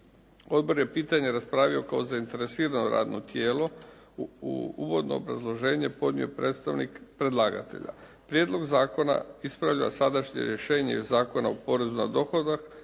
Odbor je pitanje raspravio kao zainteresirano radno tijelo. Uvodno obrazloženje podnio je predstavnik predlagatelja. Prijedlog zakona ispravlja sadašnje rješenje Zakona o porezu na dohodak